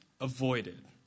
avoided